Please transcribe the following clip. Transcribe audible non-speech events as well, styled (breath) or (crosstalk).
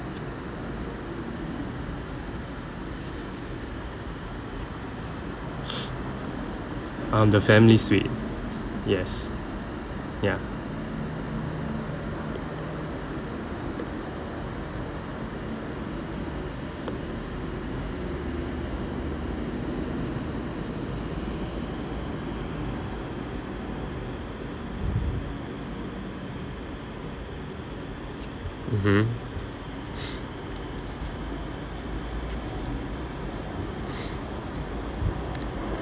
(noise) um the family's suite yes ya mmhmm (breath)